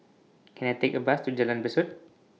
Can I Take A Bus to Jalan Besut